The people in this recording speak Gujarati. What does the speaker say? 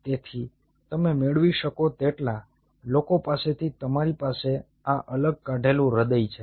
તેથી તમે મેળવી શકો તેટલા લોકો પાસેથી તમારી પાસે આ અલગ કાઢેલુ હૃદય છે